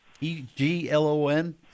E-G-L-O-N